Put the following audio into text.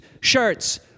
shirts